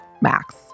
max